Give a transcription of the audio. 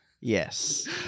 Yes